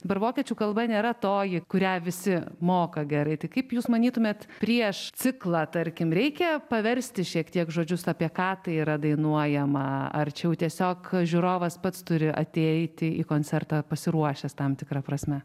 dabar vokiečių kalba nėra toji kurią visi moka gerai tai kaip jūs manytumėt prieš ciklą tarkim reikia paversti šiek tiek žodžius apie ką tai yra dainuojama ar čia jau tiesiog žiūrovas pats turi ateiti į koncertą pasiruošęs tam tikra prasme